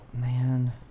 Man